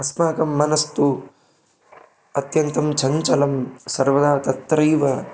अस्माकं मनः तु अत्यन्तं चञ्चलं सर्वदा तत्रैव